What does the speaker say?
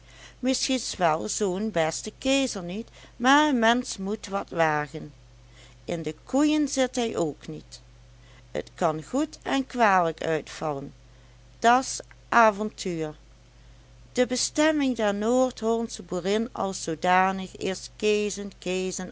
misschien wel zoo'n beste keezer niet maar een mensch moet wat wagen in de koeien zit hij ook niet t kan goed en kwalijk uitvallen da's aventuur de bestemming der noordhollandsche boerin als zoodanig is keezen